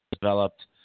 developed